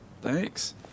Thanks